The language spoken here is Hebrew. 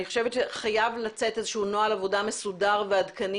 אני חושבת שחייב לצאת איזשהו נוהל עבודה מסודר ועדכני